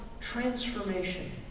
transformation